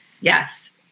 yes